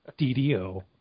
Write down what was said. DDO